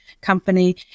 company